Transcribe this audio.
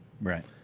right